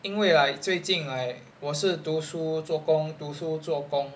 因为 like 最近 like 我是读书做工读书做工